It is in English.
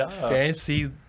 fancy